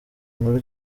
nkuru